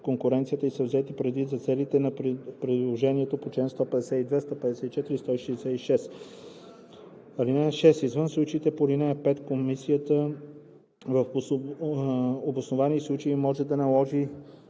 конкуренцията и са взети предвид за целите на приложението на чл. 152, 154 и 166. (6) Извън случаите по ал. 5 комисията в обосновани случаи може да наложи,